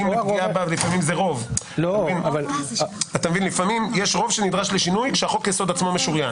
לפעמים יש רוב שנדרש לשינוי כשחוק יסוד עצמו משוריין